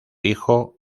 hijo